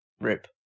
Rip